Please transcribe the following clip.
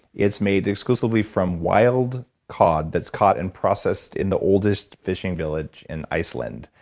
it's made exclusively from wild cod that's caught and processed in the oldest fishing village in iceland.